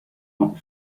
not